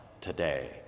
today